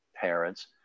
parents